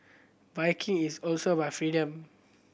biking is also about freedom